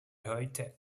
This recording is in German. heute